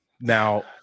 Now